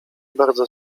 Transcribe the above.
bardzo